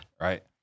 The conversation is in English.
Right